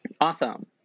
Awesome